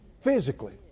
Physically